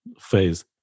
phase